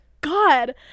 god